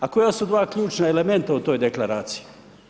A koja su dva ključna elementa u toj deklaraciji?